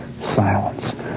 silence